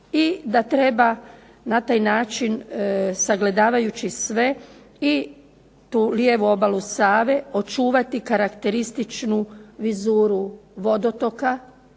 i da treba na taj način sagledavajući sve i tu lijevu obalu Save očuvati karakterističnu vizuru vodotoka